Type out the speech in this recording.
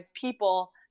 people